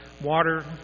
water